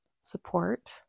support